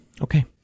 Okay